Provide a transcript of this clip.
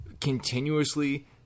continuously